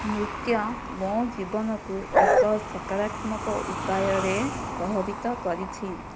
ନୃତ୍ୟ ମୋ ଜୀବନକୁ ଏକ ସକାରାତ୍ମକ ଉପାୟରେ ପ୍ରଭାବିତ କରିଛି